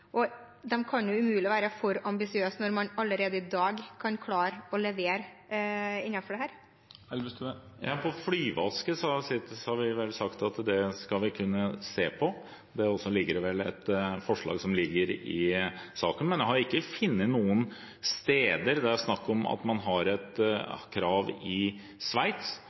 kan umulig være for ambisiøse når man allerede i dag kan klare å levere innenfor dette? Når det gjelder flyveaske, har vi sagt at det skal vi kunne se på. Der er det vel også et forslag som ligger i saken. Men jeg har ikke funnet noen steder – det er snakk om at man har et krav i Sveits,